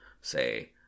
say